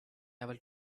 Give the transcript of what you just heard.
able